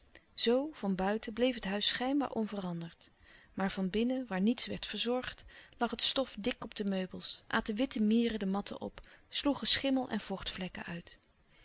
zoo van buiten bleef het huis schijnbaar onveranderd maar van binnen waar niets werd verzorgd lag het stof dik op de meubels aten witte mieren de matten op sloegen schimmel en vochtvlekken uit